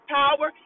power